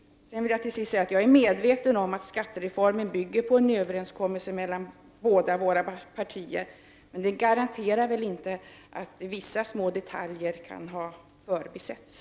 Jag vill till sist säga att jag är medveten om att skattereformen bygger på en överenskommelse mellan båda våra partier, men det garanterar inte att vissa små detaljer kan ha förbisetts.